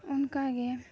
ᱚᱱᱠᱟᱜᱮ